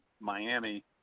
Miami